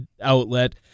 outlet